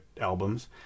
albums